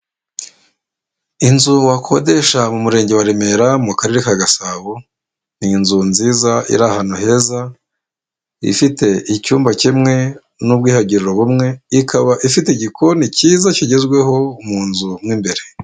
Inzu wakodesha mu murenge wa Remera, mu karere ka Gasabo, ni inzu nziza iri ahantu heza, ifite icyumba kimwe n'ubwiyuhagiriro bumwe, ikaba ifite igikoni cyiza kigezweho mu nzu mo imbere.